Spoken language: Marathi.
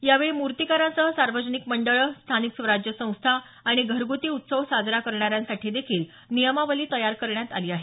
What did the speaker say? यावेळी म्र्तीकारांसह सार्वजनिक मंडळं स्थानिक स्वराज्य संस्था आणि घरग्ती उत्सव साजरा करणाऱ्यांसाठी देखील नियमावली तयार करण्यात आली आहे